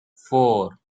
four